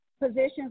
positions